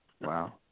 Wow